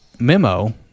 Memo